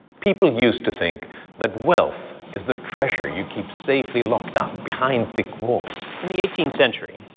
people used to think that wealth is the treasure you keep safely locked up behind thick walls. in the eighteenth century,